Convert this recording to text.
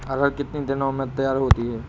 अरहर कितनी दिन में तैयार होती है?